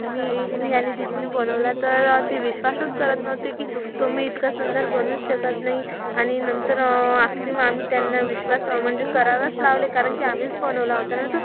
मी मी आणि दीदीने बनवला तर ती विश्वासच करत नव्हती की तुम्ही इतका सुंदर बनवूच शकत नाही आणि नंतर आखरी मग आम्ही त्यांना विश्वास म्हणजे करायलाच लावले कारण की आम्हीच बनवला होता ना तो